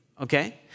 okay